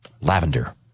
Lavender